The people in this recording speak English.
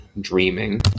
dreaming